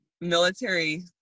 military